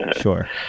Sure